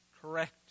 correct